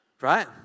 Right